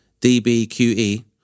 DBQE